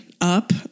up